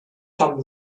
tam